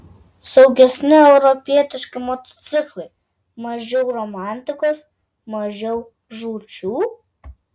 saugesni europietiški motociklai mažiau romantikos mažiau žūčių